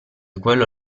quello